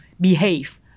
behave